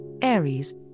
Aries